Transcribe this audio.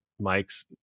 Mike's